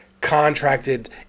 contracted